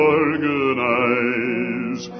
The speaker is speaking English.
organize